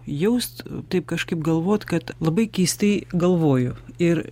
jaust taip kažkaip galvot kad labai keistai galvoju ir